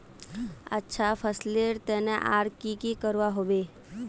अच्छा फसलेर तने आर की की करवा होबे?